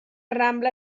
rambla